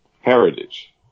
heritage